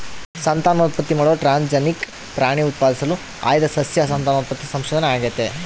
ಸಂತಾನೋತ್ಪತ್ತಿ ಮಾಡುವ ಟ್ರಾನ್ಸ್ಜೆನಿಕ್ ಪ್ರಾಣಿ ಉತ್ಪಾದಿಸಲು ಆಯ್ದ ಸಸ್ಯ ಸಂತಾನೋತ್ಪತ್ತಿ ಸಂಶೋಧನೆ ಆಗೇತಿ